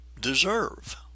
deserve